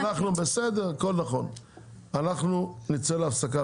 אנחנו נצא להפסקה.